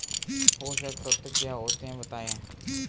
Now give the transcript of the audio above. पोषक तत्व क्या होते हैं बताएँ?